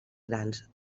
grans